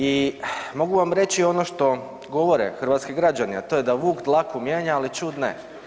I mogu vam reći ono što govore hrvatski građani, a to je da vuk dlaku mijenja, ali ćud ne.